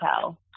tell